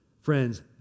Friends